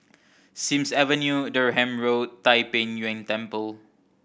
Sims Avenue Durham Road Tai Pei Yuen Temple